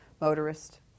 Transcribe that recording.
motorist